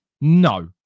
No